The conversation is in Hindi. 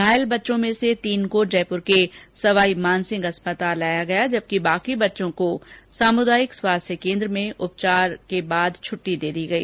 घायल बच्चों में से तीन को जयपुर के सवाईमानसिंह अस्पताल लाया गया है जबकि बाकी बच्चों को सामुदायिक स्वास्थ्य केन्द्र में प्राथमिक उपचार के बाद छुट्टी दे दी गई